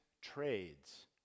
trades